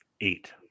eight